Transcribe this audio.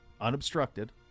unobstructed